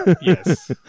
yes